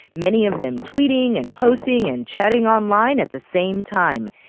many of them tweeting and posting and chatting online at the same time,